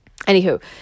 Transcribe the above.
anywho